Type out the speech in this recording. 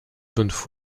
toute